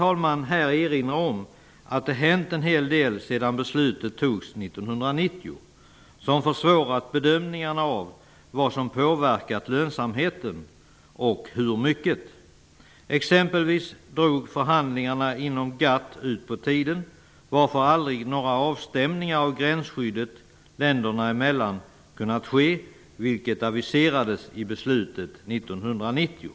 Jag måste här erinra om att det har hänt en hel del sedan det beslutet fattades 1990 som försvårat bedömningarna av vad som har påverkat lönsamheten och hur mycket. Exempelvis drog förhandlingarna inom GATT ut på tiden, varför aldrig några avstämningar av gränsskyddet länderna emellan har kunnat ske, vilket aviserades i beslutet 1990.